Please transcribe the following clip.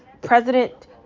President